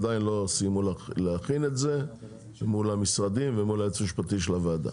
עדיין לא סיימו להכין את זה מול המשרדים ומול היועץ המשפטי של הוועדה.